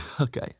Okay